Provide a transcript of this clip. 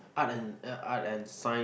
art and uh art and sign